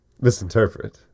misinterpret